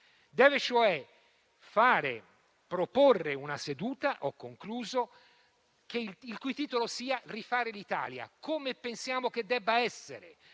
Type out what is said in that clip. deve, cioè, proporre una seduta il cui titolo sia rifare l'Italia, come pensiamo che debba essere,